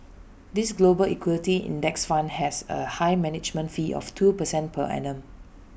this global equity index fund has A high management fee of two percent per annum